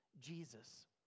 Jesus